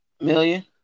million